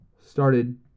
started